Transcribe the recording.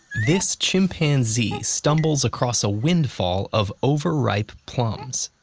this chimpanzee stumbles across a windfall of overripe plums.